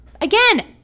again